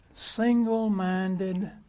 Single-minded